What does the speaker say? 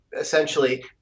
essentially